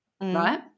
right